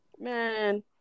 Man